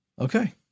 Okay